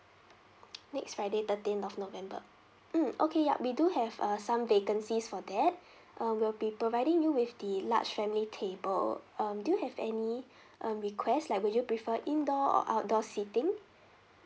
next friday thirteen of november mm okay yup we do have uh some vacancies for that um we'll be providing you with the large family table um do you have any um request like would you prefer indoor or outdoor seating